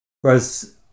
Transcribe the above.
Whereas